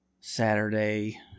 Saturday